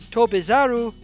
Tobizaru